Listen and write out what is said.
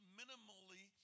minimally